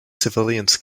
civilians